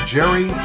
Jerry